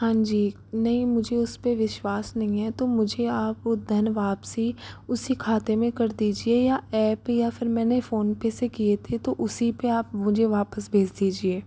हाँ जी नहीं मुझे उस पर विश्वास नहीं है तो मुझे आप वो धन वापसी उसी खाते में कर दीजिए या ऐप या फिर मैं ने फ़ोनपे से किए थे तो उसी पर आप मुझे वापस भेज दीजिए